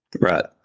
Right